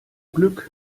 glück